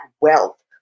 wealth